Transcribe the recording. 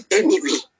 enemy